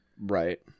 Right